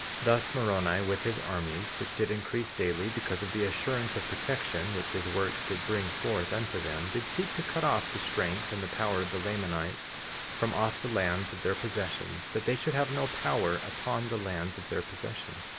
thus moroni, with his armies, which did increase daily because of the assurance of protection which his works did bring forth unto them, did seek to cut off the strength and the power of the lamanites from off the lands of their possessions, that they should have no power upon the lands of their possession.